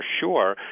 sure